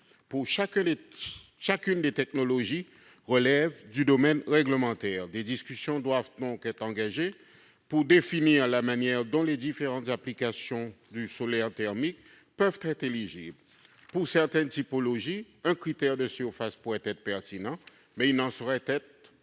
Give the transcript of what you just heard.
pour chacune des technologies relève du domaine réglementaire. Des discussions doivent donc être engagées pour définir la manière dont les différentes applications du solaire thermique peuvent être éligibles ; pour certaines typologies, un critère de surface pourra être pertinent, mais il ne saurait l'être pour